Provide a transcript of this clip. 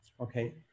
Okay